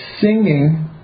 singing